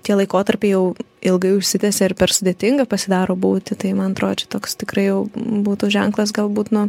tie laikotarpiai jau ilgai užsitęsė ir per sudėtinga pasidaro būti tai man atro čia toks tikrai jau būtų ženklas galbūt nu